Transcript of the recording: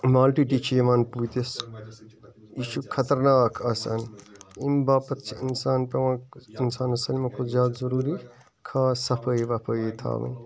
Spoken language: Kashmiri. مالٹِٹی چھِ یِوان پوٗتِس یہِ چھُ خطرناک آسان اَمہِ باپَتھ چھُ اِنسان پیٚوان اِنسانَس سٲلمو کھۄتہٕ زیادٕ ضروٗری خاص صفٲیی وَفٲیی تھاوٕنۍ